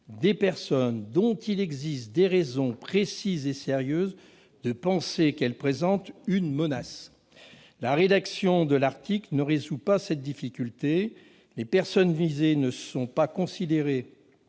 des « personnes dont il existe des raisons précises et sérieuses de penser qu'elles présentent une menace »? La rédaction de l'article ne résout pas cette difficulté. Les personnes visées ne sont considérées